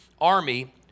army